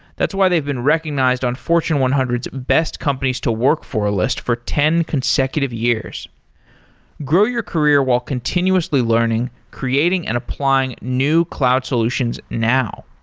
that's why they've been recognized on fortune one hundred s best companies to work for list for ten consecutive years grow your career while continuously learning, creating and applying new cloud solutions now.